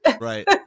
Right